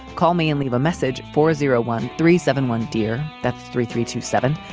call me and leave a message for zero one three seven one, dear. that's three three to seven.